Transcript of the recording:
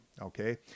okay